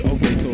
Okay